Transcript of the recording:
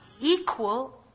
equal